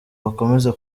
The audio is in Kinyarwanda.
bakomeze